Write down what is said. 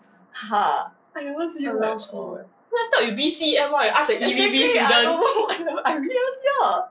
!huh! I never see her at all exactly I don't know I really never see her